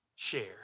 Share